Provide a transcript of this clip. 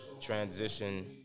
transition